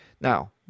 Now